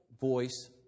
voice